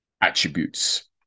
attributes